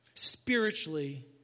Spiritually